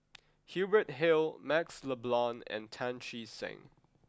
Hubert Hill Maxle Blond and Tan Che Sang